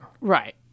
Right